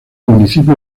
municipio